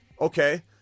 Okay